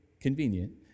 Convenient